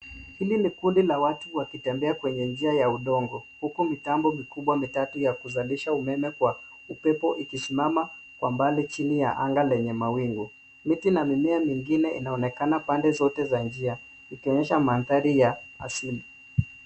Hili ni kundi la watu wakitembea kwenye njia ya undongo huku mitambo mikubwa mitatu ya kuzalisha umeme kwa upepo ikisimama kwa mbali chini ya anga lenye mawingu. Miti na mimea mingine inaonekana pande zote za njia zikionyesha mandhari ya asili.